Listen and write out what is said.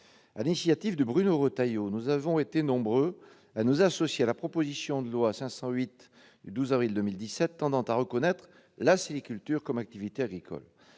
l'initiative de M. Bruno Retailleau, nous avons été nombreux à nous associer à la proposition de loi n° 508 du 12 avril 2017 tendant à reconnaître la saliculture comme activité agricole.